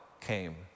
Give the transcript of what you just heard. came